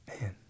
Man